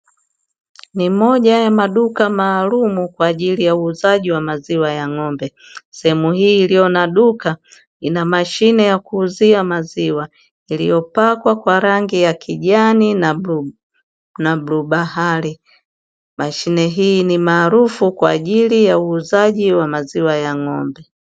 Ni moja ya maduka maalumu kwa ajili ya uuzaji wa maziwa ya ng'ombe, sehemu hii iliyo na duka ina mashine ya kuuzia maziwa iliyopakwa kwa rangi ya kijani na bluu bahari, mashine hii ni maarufu kwa ajili ya uuzaji wa maziwa ya ng'ombe.